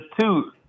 two